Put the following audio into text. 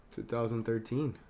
2013